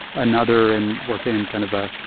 another in working in kind of a,